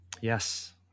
Yes